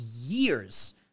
years